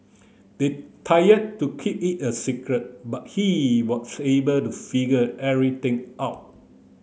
they tired to keep it a secret but he was able to figure everything out